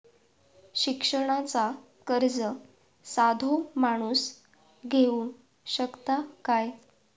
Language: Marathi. शिक्षणाचा कर्ज साधो माणूस घेऊ शकता काय?